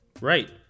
Right